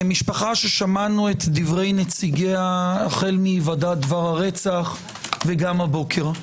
משפחה ששמענו את דברי נציגיה החל מהיוודע דבר הרצח וגם הבוקר.